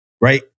right